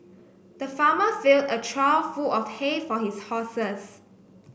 the farmer filled a trough full of hay for his horses